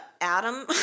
Adam